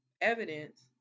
evidence